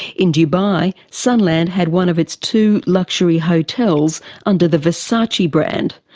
in dubai, sunland had one of its two luxury hotels under the versace brand,